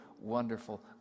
wonderful